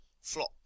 flop